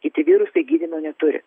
kiti virusai gydymo neturi